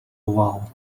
увагу